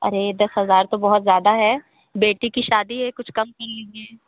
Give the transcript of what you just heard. अरे दस हजार तो बहुत ज्यादा है बेटी की शादी है कुछ कम कर लीजिए